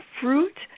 fruit